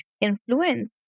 influence